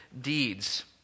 deeds